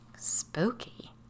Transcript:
Spooky